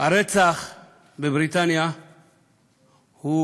הרצח בבריטניה הוא